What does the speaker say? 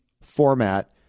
format